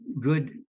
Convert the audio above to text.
good